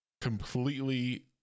completely